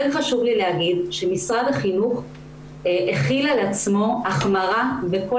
כן חשוב לי לומר שמשרד החינוך החיל על עצמו החמרה בכל